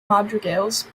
madrigals